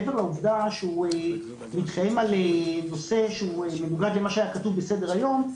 מעבר לעובדה שהוא מתקיים על נושא שהוא מנוגד למה שהיה כתוב בסדר-היום,